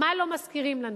מה לא מזכירים לנו.